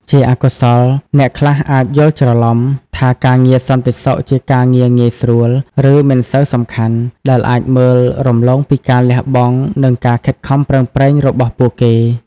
ជាអកុសល អ្នកខ្លះអាច យល់ច្រឡំ ថាការងារសន្តិសុខជាការងារងាយស្រួល ឬមិនសូវសំខាន់ ដែលអាចមើលរំលងពីការលះបង់ និងការខិតខំប្រឹងប្រែងរបស់ពួកគេ។